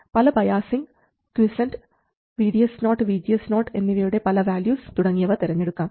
പല biasing quiescent VDS0 VGS0 എന്നിവയുടെ പല വാല്യൂസ് തുടങ്ങിയവ തെരഞ്ഞെടുക്കാം